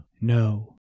no